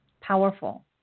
Powerful